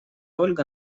ольга